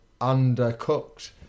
undercooked